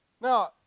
Now